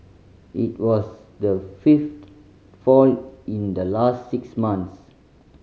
it was the fifth fall in the last six months